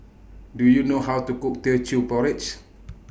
Do YOU know How to Cook Teochew Porridge